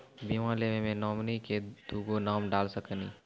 बीमा लेवे मे नॉमिनी मे दुगो नाम डाल सकनी?